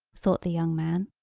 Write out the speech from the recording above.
thought the young man.